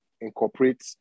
incorporate